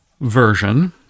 version